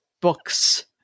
books